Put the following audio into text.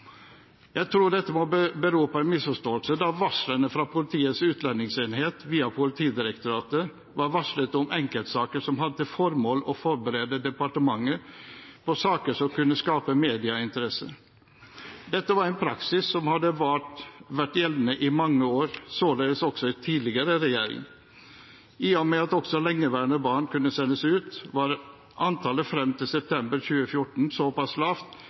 Jeg tror dette må bero på en misforståelse, da varslene fra Politiets utlendingsenhet via Politidirektoratet var varsler om enkeltsaker som hadde til formål å forberede departementet på saker som kunne skape medieinteresse. Dette var en praksis som hadde vært gjeldende i mange år, således også i tidligere regjering. I og med at også lengeværende barn kunne sendes ut, var antallet frem til september 2014 såpass lavt